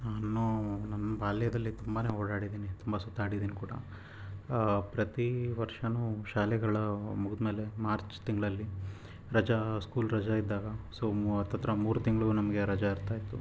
ನಾನು ನನ್ನ ಬಾಲ್ಯದಲ್ಲಿ ತುಂಬಾ ಓಡಾಡಿದ್ದೀನಿ ತುಂಬ ಸುತ್ತಾಡಿದೀನಿ ಕೂಡ ಪ್ರತಿ ವರ್ಷನೂ ಶಾಲೆಗಳು ಮುಗ್ದ ಮೇಲೆ ಮಾರ್ಚ್ ತಿಂಗಳಲ್ಲಿ ರಜಾ ಸ್ಕೂಲ್ ರಜಾ ಇದ್ದಾಗ ಸೊ ಮೂ ಹತ್ತತ್ತಿರ ಮೂರು ತಿಂಗಳು ನಮಗೆ ರಜಾ ಇರ್ತಾಯಿತ್ತು